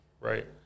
Right